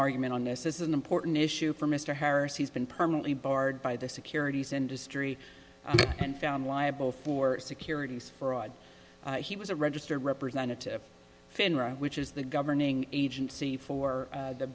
argument on this is an important issue for mr harris he's been permanently barred by the securities industry and found liable for securities fraud he was a registered representative finra which is the governing agency for